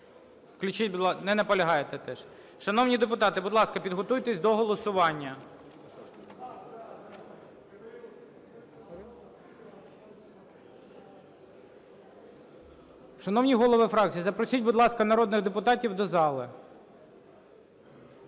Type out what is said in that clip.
Шановні депутати, будь ласка, підготуйтесь до голосування. Шановні голови фракцій, запросіть, будь ласка, народних депутатів до зали.